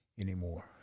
anymore